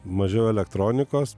mažiau elektronikos